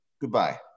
Goodbye